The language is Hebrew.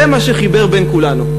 זה מה שחיבר בין כולנו,